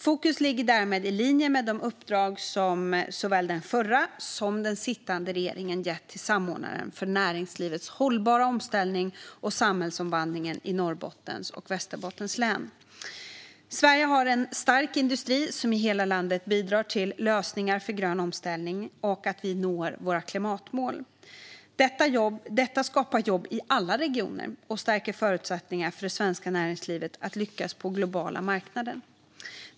Fokus ligger därmed i linje med de uppdrag som såväl den förra som den sittande regeringen har gett till samordnaren för näringslivets hållbara omställning och samhällsomvandlingen i Norrbottens och Västerbottens län . Sverige har en stark industri som i hela landet bidrar till lösningar för grön omställning och till att Sverige når sina klimatmål. Detta skapar jobb i alla regioner och stärker förutsättningarna för det svenska näringslivet att lyckas på globala marknader.